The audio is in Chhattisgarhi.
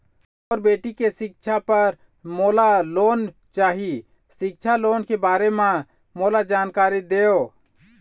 मोर बेटी के सिक्छा पर मोला लोन चाही सिक्छा लोन के बारे म मोला जानकारी देव?